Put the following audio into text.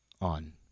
on